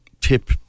Tip